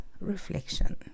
reflection